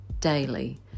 daily